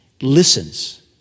listens